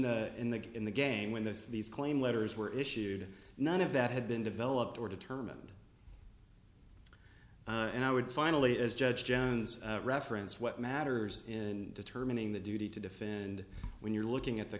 the in the in the game when this these claim letters were issued none of that had been developed or determined and i would finally as judge jones reference what matters in determining the duty to defend when you're looking at the